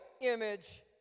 image